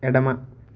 ఎడమ